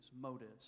motives